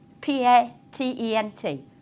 P-A-T-E-N-T